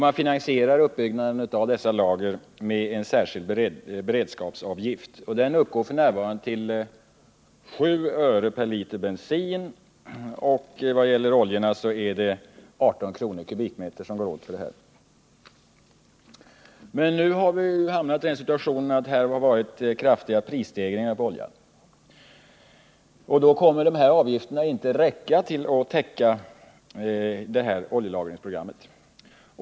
Man finansierar uppbyggnaden av dessa lager med en särskild beredskapsavgift, som f. n. uppgår till 7 öre per liter bensin och 18 kr. per kubikmeter olja. Men nu har vi hamnat i den situationen att vi fått kraftiga prisstegringar på olja. Då kommer dessa avgifter inte att räcka till för att täcka oljelagringsprogrammet.